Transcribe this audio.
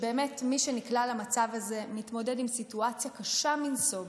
מי שנקלע למצב הזה באמת מתמודד עם סיטואציה קשה מנשוא,